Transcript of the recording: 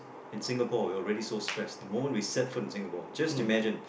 in Singapore we are already so stressed the moment we step foot into Singapore just imagine